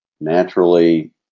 naturally